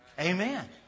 Amen